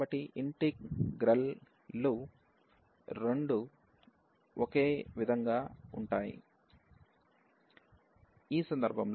కాబట్టి ఇంటిగ్రల్ లు రెండూ ఒకే విధంగా ఉంటాయి